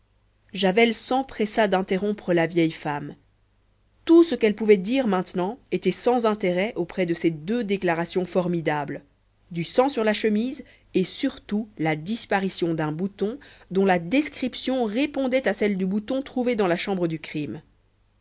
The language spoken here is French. javel s'empressa d'interrompre la vieille femme tout ce qu'elle pouvait dire maintenant était sans intérêt auprès de ces deux déclarations formidables du sang sur la chemise et surtout la disparition d'un bouton dont la description répondait à celle du bouton trouvé dans la chambre du crime